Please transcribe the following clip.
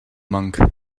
monk